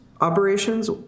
operations